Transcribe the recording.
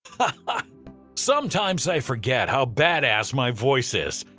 ah sometimes i forget how badass my voice is.